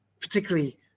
particularly